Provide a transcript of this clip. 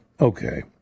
Okay